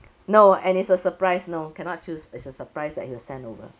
no and it's a surprise no cannot choose it's a surprise that he'll send over